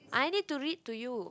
I need to read to you